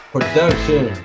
Production